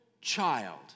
child